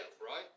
right